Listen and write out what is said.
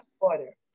water